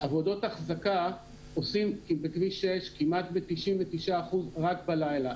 עבודות אחזקה עושים בכביש 6 ב-99% רק בלילה,